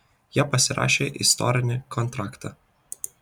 jie pasirašė istorinį kontraktą